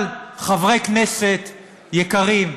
אבל, חברי כנסת יקרים,